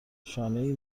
شانهای